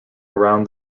around